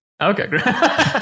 okay